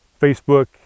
Facebook